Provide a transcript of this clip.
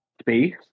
space